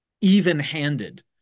even-handed